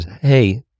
hey